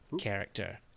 character